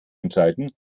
entscheiden